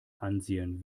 ansehen